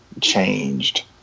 changed